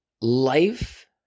life